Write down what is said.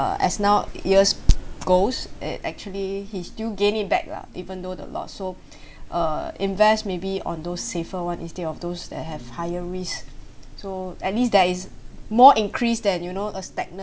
uh as now years goes it actually he still gain it back lah even though the lost so uh invest maybe on those safer [one] instead of those that have higher risk so at least there is more increase than you know a stagnant